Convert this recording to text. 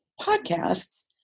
podcasts